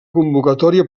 convocatòria